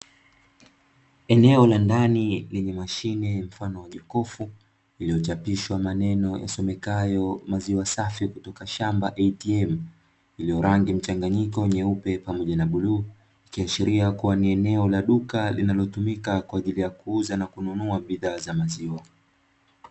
Eneo la ndani lenye mashine mfano wa jokofu iliyochapishwa maneno yasomekayo maziwa safi kutoka shamba "ATM" iliyo na rangi mchanganyiko nyeupe pamoja na bluu; kiashiria kuwa ni eneo la duka linalotumika kwa ajili ya kuuza na kununua bidhaa za maziwa.